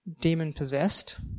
demon-possessed